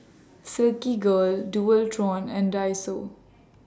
Silkygirl Dualtron and Daiso